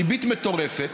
ריבית מטורפת.